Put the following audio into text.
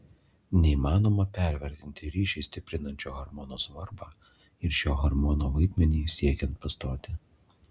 neįmanoma pervertinti ryšį stiprinančio hormono svarbą ir šio hormono vaidmenį siekiant pastoti